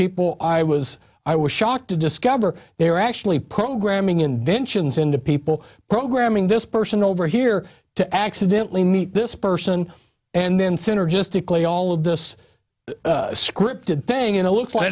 people i was i was shocked to discover they were actually programming inventions into people programming this person over here to accidentally meet this person and then synergistically all of this scripted thing in a looks like